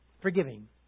forgiving